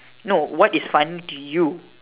no what is funny to you